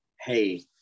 hey